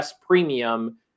premium